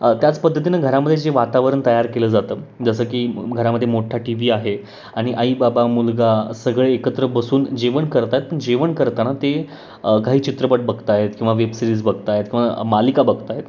त्याच पद्धतीनं घरामध्ये जे वातावरण तयार केलं जातं जसं की घरामध्ये मोठा टी व्ही आहे आणि आई बाबा मुलगा सगळे एकत्र बसून जेवण करत आहेत पण जेवण करताना ते काही चित्रपट बघत आहेत किंवा वेबसिरीज बघत आहेत किंवा मालिका बघत आहेत